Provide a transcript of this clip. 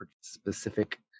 specific